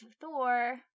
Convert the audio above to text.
Thor